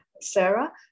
sarah